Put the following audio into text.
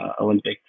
Olympics